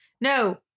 no